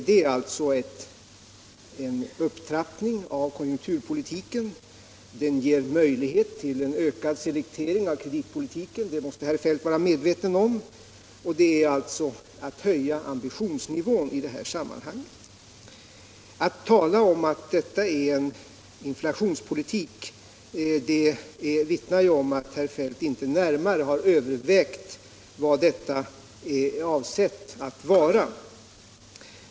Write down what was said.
Det är alltså en upptrappning av konjunkturpolitiken, och den ger möjlighet till ökad selektering av kreditpolitiken — det måste herr Feldt vara medveten om. Det innebär således detsamma som att höja ambitionsnivån i det här sammanhanget. Att här tala om inflationspolitik vittnar om att herr Feldt inte närmare har övervägt vad detta är avsett att vara.